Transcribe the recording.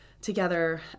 together